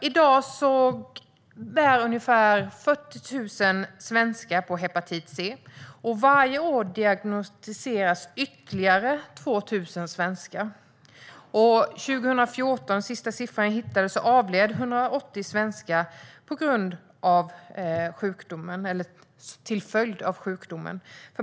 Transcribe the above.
I dag bär ungefär 40 000 svenskar på hepatit C. Varje år diagnostiseras ytterligare 2 000 svenskar. 2014 avled, enligt den senaste siffra jag har hittat, 180 svenskar till följd av sjukdomen.